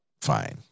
fine